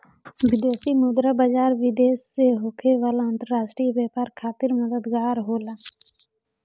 विदेशी मुद्रा बाजार, विदेश से होखे वाला अंतरराष्ट्रीय व्यापार खातिर मददगार होला